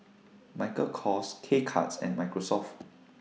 Michael Kors K Cuts and Microsoft